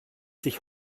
sich